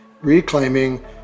reclaiming